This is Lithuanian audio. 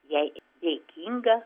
jai dėkinga